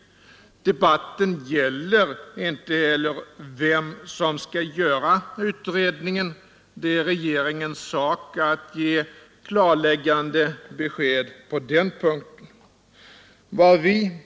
Men debatten gäller inte vem som skall göra utredningen. Det är regeringens sak att ge ett klarläggande besked på den punkten. Vad vi,